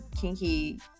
kinky